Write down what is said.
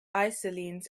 isolines